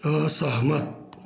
असहमत